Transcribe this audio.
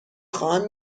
خواهم